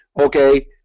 okay